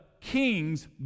king's